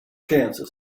chances